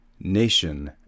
nation